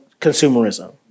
consumerism